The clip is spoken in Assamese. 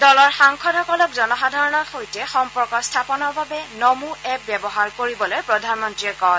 দলৰ সাংসদসকলক জনসাধাৰণৰ সৈতে সম্পৰ্ক স্থাপনৰ বাবে নমো এপ ব্যৱহাৰ কৰিবলৈ প্ৰধানমন্ৰীয়ে কয়